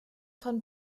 von